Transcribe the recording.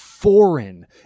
foreign